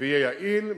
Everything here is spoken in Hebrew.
ויהיה יעיל,